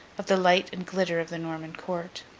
of the light and glitter of the norman court.